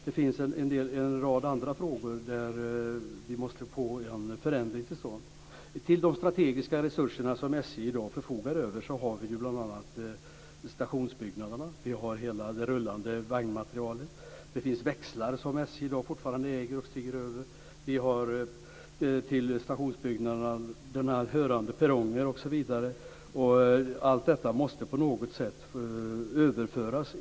Det finns också en rad andra frågor där vi måste få en förändring till stånd. Till de strategiska resurser som SJ i dag förfogar över hör bl.a. stationsbyggnader och hela det rullande vagnmaterialet. Det finns växlar som SJ i dag fortfarande äger. Stationsbyggnaderna har tillhörande perronger, osv. Allt detta måste på något sätt överföras.